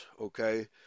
okay